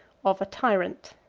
of a tyrant.